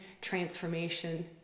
transformation